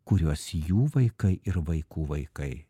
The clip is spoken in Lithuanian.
kuriuos jų vaikai ir vaikų vaikai